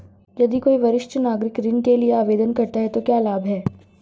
यदि कोई वरिष्ठ नागरिक ऋण के लिए आवेदन करता है तो क्या लाभ हैं?